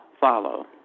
follow